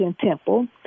Temple